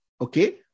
okay